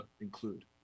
include